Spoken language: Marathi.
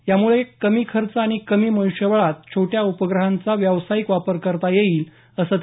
यामुळे कमी खर्च आणि कमी मनूष्यबळात छोट्या उपग्रहांचा व्यावसायिक वापर करता येऊ शकेल